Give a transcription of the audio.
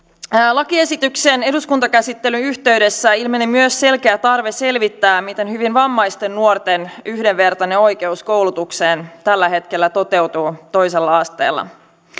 lakiesityksen eduskuntakäsittelyn yhteydessä ilmeni myös selkeä tarve selvittää miten hyvin vammaisten nuorten yhdenvertainen oikeus koulutukseen tällä hetkellä toteutuu toisella asteella